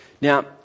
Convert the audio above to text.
Now